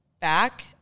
back